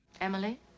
Emily